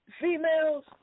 females